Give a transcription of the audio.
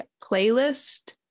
playlist